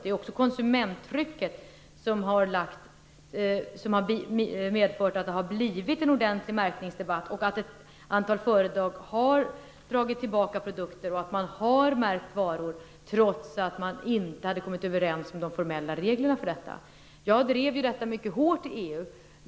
Det är också konsumenttrycket som har medfört att det har blivit en ordentlig debatt om märkning, att företag har dragit tillbaka produkter och att varor har märkts trots att man inte kommit överens om formella regler. Jag drev denna fråga mycket hårt i EU.